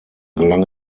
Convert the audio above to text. gelang